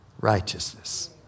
righteousness